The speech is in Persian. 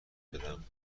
بدهم